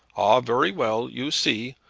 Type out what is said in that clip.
ah very well. you see.